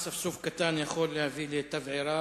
אספסוף קטן יכול להביא לתבערה,